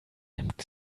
nimmt